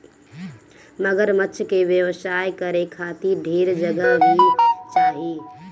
मगरमच्छ के व्यवसाय करे खातिर ढेर जगह भी चाही